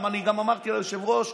ואני גם אמרתי ליושב-ראש,